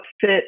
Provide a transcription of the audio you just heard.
fit